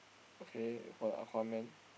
okay for the Aquaman